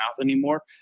anymore